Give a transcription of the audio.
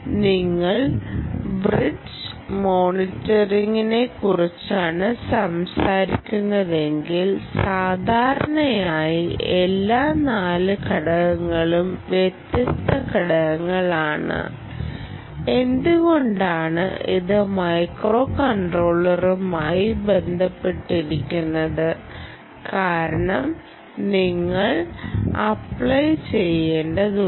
നിങ്ങൾ ബ്രിഡ്ജ് മോണിറ്ററിംഗിനെക്കുറിച്ചാണ് സംസാരിക്കുന്നതെങ്കിൽ സാധാരണയായി എല്ലാ 4 ഘടകങ്ങളും വ്യത്യസ്ത ഘടകങ്ങളാണ് എന്തുകൊണ്ടാണ് ഇത് മൈക്രോകൺട്രോളറുമായി ബന്ധിപ്പിച്ചിരിക്കുന്നത് കാരണം നിങ്ങൾ അപ്ലൈ ചെയ്യേണ്ടതുണ്ട്